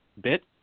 bit